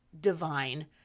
divine